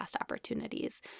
opportunities